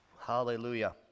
hallelujah